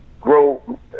grow